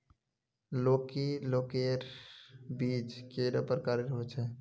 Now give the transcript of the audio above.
लौकी लौकीर बीज कैडा प्रकारेर होचे?